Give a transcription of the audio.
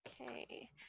okay